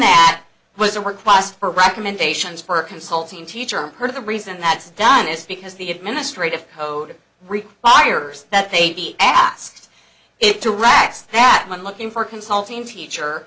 that was a request for recommendations for consulting teacher part of the reason that's done is because the administrative code requires that they asked it to rats that when looking for consulting teacher